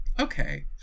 Okay